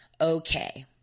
okay